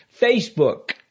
Facebook